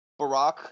barack